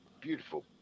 beautiful